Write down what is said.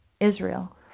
Israel